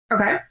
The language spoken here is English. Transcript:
Okay